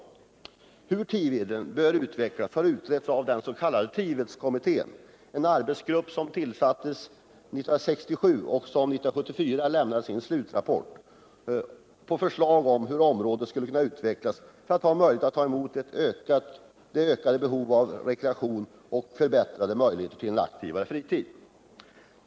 Hur Tiveden bör utvecklas har utretts av den s.k. Tivedskommittén, en arbetsgrupp som tillsattes 1967 och som 1974 lämnade sin slutrapport om hur området skulle kunna utvecklas för att klara det ökade behovet av rekreation och problemen i samband med de förbättrade möjligheterna till en aktivare fritid.